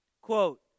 Quote